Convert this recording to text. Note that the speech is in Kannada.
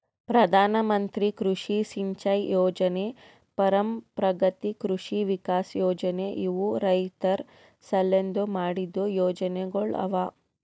ಪ್ರಧಾನ ಮಂತ್ರಿ ಕೃಷಿ ಸಿಂಚೈ ಯೊಜನೆ, ಪರಂಪ್ರಗತಿ ಕೃಷಿ ವಿಕಾಸ್ ಯೊಜನೆ ಇವು ರೈತುರ್ ಸಲೆಂದ್ ಮಾಡಿದ್ದು ಯೊಜನೆಗೊಳ್ ಅವಾ